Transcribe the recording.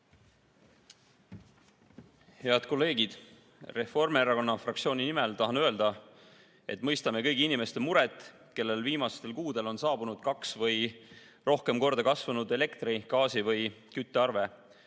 Head kolleegid! Reformierakonna fraktsiooni nimel tahan öelda, et mõistame kõigi inimeste muret, kellel viimastel kuudel on saabunud kaks või rohkem korda kasvanud elektri-, gaasi- või küttearve.